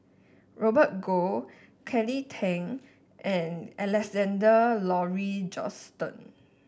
Robert Goh Kelly Tang and Alexander Laurie Johnston